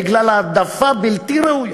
בגלל העדפה בלתי ראויה,